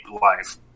life